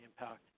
impact